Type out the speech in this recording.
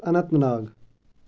انٛنت ناگ